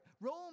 Rome